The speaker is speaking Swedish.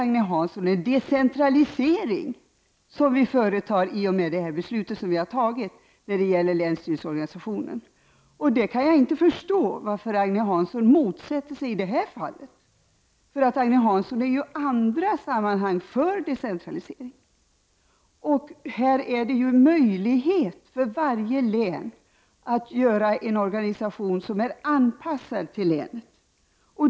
I och med det fattade beslutet om länsstyrelseorganisationen företas faktiskt en decentralisering, Agne Hansson. Jag kan inte förstå varför Agne Hansson motsätter sig en decentralisering i det här fallet. I andra sammanhang är ju Agne Hansson för en decentralisering. Här finns en möjlighet för varje län att genomföra en organisation som är anpassad till länet.